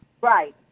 Right